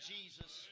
Jesus